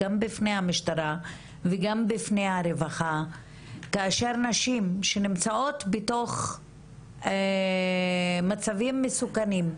גם בפני המשטרה וגם בפני הרווחה כאשר נשים שנמצאות בתוך מצבים מסוכנים,